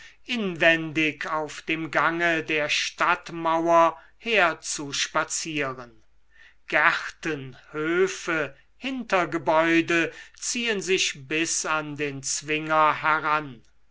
inwendig auf dem gange der stadtmauer herzuspazieren gärten höfe hintergebäude ziehen sich bis an den zwinger heran